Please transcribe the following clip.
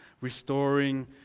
restoring